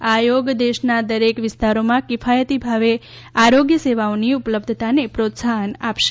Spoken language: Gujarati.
આ આયોગ દેશના દરેક વિસ્તારોમાં કિફાયતી ભાવે આરોગ્ય સેવાઓની ઉપલબ્ધતાને પ્રોત્સાફન આપશે